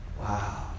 Wow